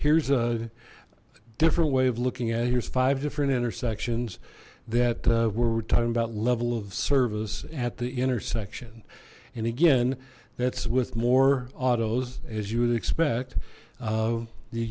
here's a different way of looking at here's five different intersections that we're talking about level of service at the intersection and again that's with more autos as you would expect